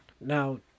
Now